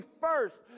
first